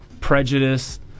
prejudice